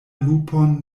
lupon